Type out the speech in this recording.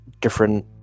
different